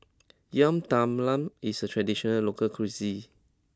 Yam Talam is a traditional local cuisine